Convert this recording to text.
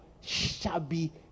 shabby